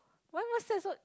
why what's that so